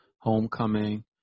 Homecoming